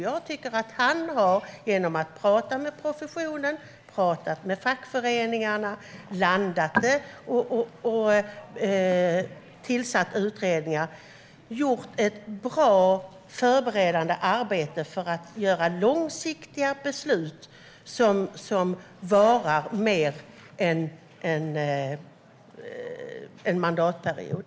Jag tycker att han genom att ha talat med professionen och med fackföreningarna, landat det hela och tillsatt utredningar har gjort ett bra förberedande arbete för att fatta långsiktiga beslut som varar mer än en mandatperiod.